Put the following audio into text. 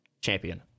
champion